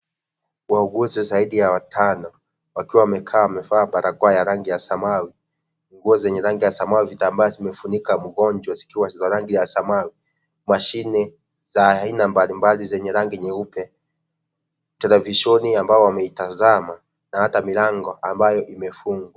Wauguzi zaidi ya watano wakiwa wamekaa wamevaa barakoa ya rangi ya samawi, nguo zenye rangi ya samawi vitambaa zimefunika mgonjwa zikiwa ni za rangi ya samawi mashine za aina mbalimbali zenye rangi nyeupe televishoni ambayo wameitazama na hata milango ambayo imefungwa.